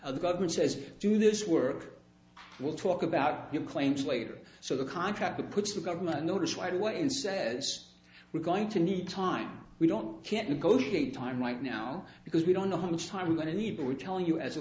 or the government says do this work we'll talk about your claims later so the contractor puts the government notice right away and says we're going to need time we don't can't negotiate time right now because we don't know how much time i'm going to need we tell you as a